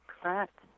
Correct